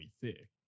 thick